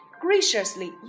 Graciously